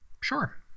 Sure